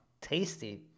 tasty